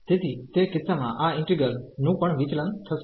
તેથી તે કિસ્સામાં આ ઈન્ટિગ્રલ નું પણ વિચલન થશે